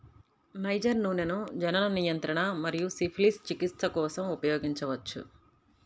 niger నూనెను జనన నియంత్రణ మరియు సిఫిలిస్ చికిత్స కోసం ఉపయోగించవచ్చు